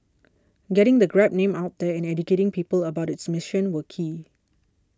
getting the Grab name out there and educating people about its mission were key